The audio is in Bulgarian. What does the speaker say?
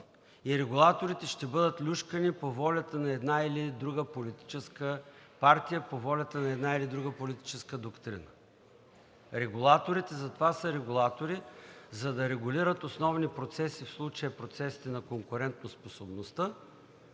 и регулаторите ще бъдат люшкани по волята на една или друга политическа партия, по волята на една или друга политическа доктрина. Регулаторите затова са регулатори, за да регулират основни процеси – в случая процесите на конкурентоспособността,